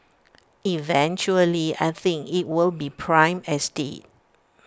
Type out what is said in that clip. eventually I think IT will be prime estate